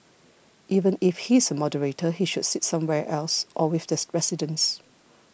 even if he is a moderator he should sit somewhere else or with this residents